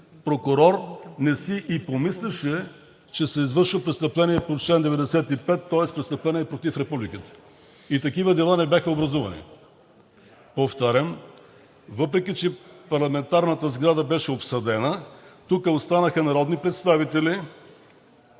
прокурор не си и помисляше, че се извършва престъпление по чл. 95, тоест престъпление против републиката, и такива дела не бяха образувани. Повтарям, въпреки че парламентарната сграда беше обсадена, тук останаха народни представители